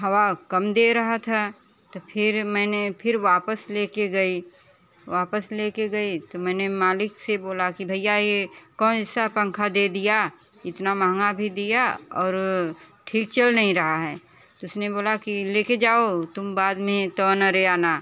हवा कम दे रहा था तो फिर मैंने फिर वापस ले के गई वापस ले के गई तो मैंने मालिक से बोला भईया ये कइसा पंखा दे दिया इतना महँगा भी दिया और ठीक चल नहीं रहा है तो उसने बोला की लेके जाओ तुम बाद में तो आना रे आना